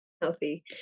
healthy